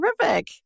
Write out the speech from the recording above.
Terrific